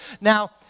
Now